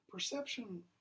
Perception